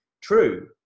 true